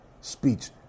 speech